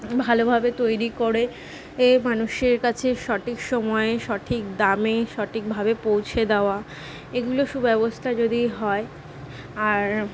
ভালোভাবে তৈরি করে এ মানুষের কাছে সঠিক সময় সঠিক দামে সঠিকভাবে পৌঁছে দেওয়া এগুলো সুব্যবস্থা যদি হয় আর